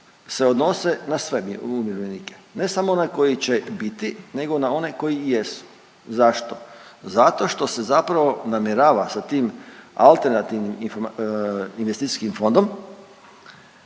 se odnose na sve umirovljenike, ne samo na one koji će biti nego i na one koji jesu. Zašto? Zato što se zapravo namjerava sa tim AIF napraviti to da